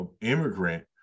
immigrant